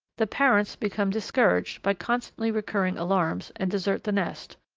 the parents become discouraged by constantly recurring alarms and desert the nest,